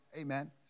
amen